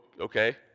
Okay